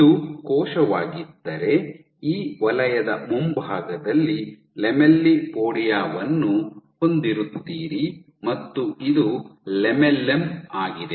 ಇದು ಕೋಶವಾಗಿದ್ದರೆ ಈ ವಲಯದ ಮುಂಭಾಗದಲ್ಲಿ ಲ್ಯಾಮೆಲ್ಲಿಪೋಡಿಯಾ ವನ್ನು ಹೊಂದಿರುತ್ತೀರಿ ಮತ್ತು ಇದು ಲ್ಯಾಮೆಲ್ಲಮ್ ಆಗಿದೆ